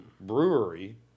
brewery